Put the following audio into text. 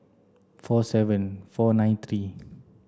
four seven four nine three